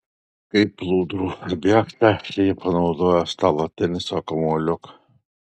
kaip plūdrų objektą jie panaudojo stalo teniso kamuoliuką